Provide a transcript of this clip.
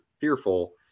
fearful